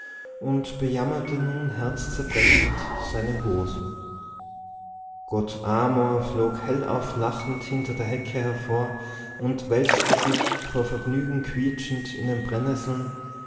und bejammerte nun herzzerbrechend seine hosen gott amor flog hellauf lachend hinter der hecke hervor und wälzte sich vor vergnügen quietschend in den brennesseln